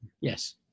Yes